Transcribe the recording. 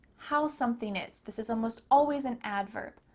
how something is. this is almost always an adverb.